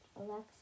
Alexa